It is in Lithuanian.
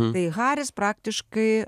bei haris praktiškai